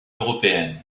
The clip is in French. européenne